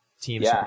teams